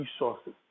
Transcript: resources